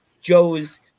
joe's